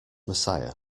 messiah